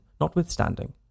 notwithstanding